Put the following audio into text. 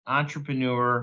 entrepreneur